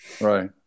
Right